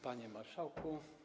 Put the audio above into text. Panie Marszałku!